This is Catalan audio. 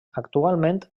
actualment